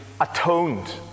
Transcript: atoned